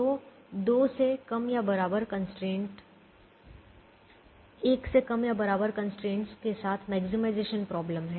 तो 2 से कम या बराबर कंस्ट्रेंट्स 1 से कम या बराबर कंस्ट्रेंट्स के साथ मैक्सीमाइजेशन प्रॉब्लम है